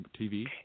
TV